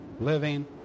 living